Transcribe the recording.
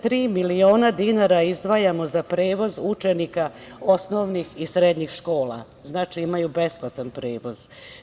Trideset tri miliona dinara izdvajamo za prevoz učenika osnovnih i srednjih škola, znači imaju besplatan prevoz.